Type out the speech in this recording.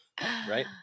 right